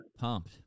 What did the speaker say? Pumped